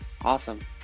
Awesome